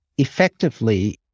effectively